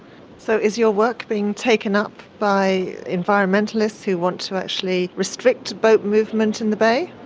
so is your work being taken up by environmentalists who want to actually restrict boat movement in the bay?